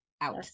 out